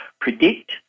predict